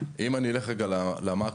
אם אלך למאקרו,